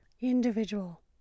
individual